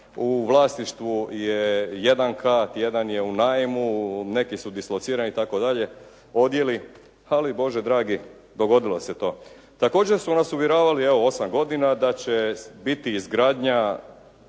u vlasništvu je jedan kat, jedan je u najmu, neki su dislocirani itd. odjeli, ali Bože dragi, dogodilo se to. Također su nas uvjeravali, evo 8 godina da će biti izgradnja,